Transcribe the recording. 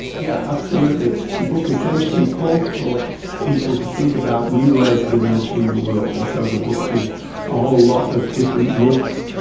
yeah, absolutely. the book essentially calls for people to think about new ways of imagining the world and so the book gives a whole lot of different myths,